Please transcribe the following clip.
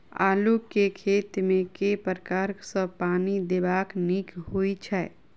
आलु केँ खेत मे केँ प्रकार सँ पानि देबाक नीक होइ छै?